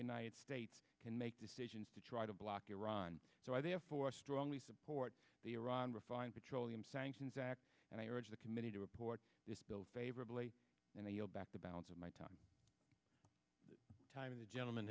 united states can make decisions to try to block iran so i therefore strongly support the iran refined petroleum sanctions act and i urge the committee to report this bill favorably and i yield back the balance of my time time of the gentleman